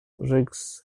rex